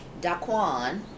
Daquan